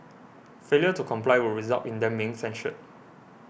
failure to comply would result in them being censured